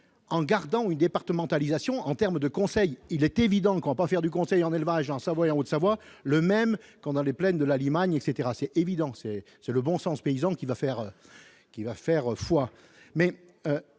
en gardant une départementalisation en terme de conseils, il est évident qu'on va faire du conseil en élevage, en Savoie et en Haute-Savoie, le même qu'on allait plaine de la Limagne, etc, c'est évident, c'est, c'est le bon sens paysan qui va faire qui